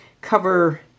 cover